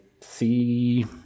see